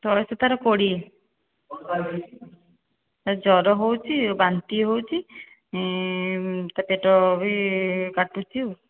ବୟସ ତାର କୋଡ଼ିଏ କ'ଣ ତା'ର ହେଇଛି ସାର୍ ଜ୍ୱର ହେଉଛି ବାନ୍ତି ହେଉଛି ପେଟ ବି କାଟୁଛି ଆଉ